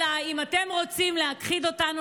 אלא אם אתם רוצים להכחיד אותנו,